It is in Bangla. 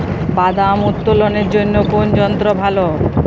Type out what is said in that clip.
বাদাম উত্তোলনের জন্য কোন যন্ত্র ভালো?